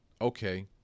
okay